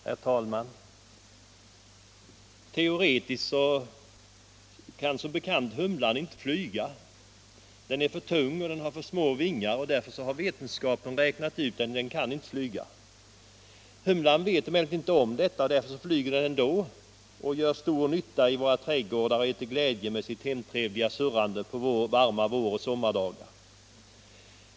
Herr talman! Teoretiskt kan som bekant humlan inte flyga. Den är för tung och har för små vingar, och därför har vetenskapen räknat ut att den inte kan flyga. Humlan vet emellertid inte om detta, och därför flyger den ändå, gör stor nytta i våra trädgårdar och är till glädje med sitt hemtrevliga surrande under varma vår och sommardagar.